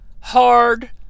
hard